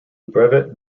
brevet